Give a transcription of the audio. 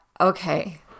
okay